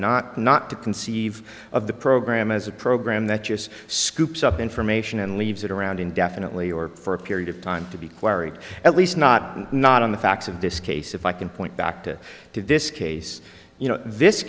not not to conceive of the program as a program that just scoops up information and leaves it around indefinitely or for a period of time to be queried at least not not on the facts of this case if i can point back to to this case you know this